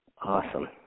Awesome